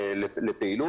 העלית את זה.